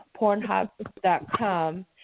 Pornhub.com